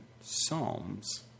Psalms